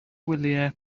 wyliau